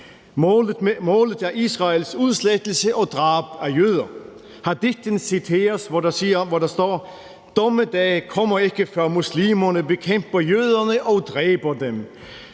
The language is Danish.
Målet er Israels udslettelse og drab af jøder. Hadithen citeres, hvor der står: Dommedag kommer ikke, før muslimerne bekæmper jøderne og dræber dem.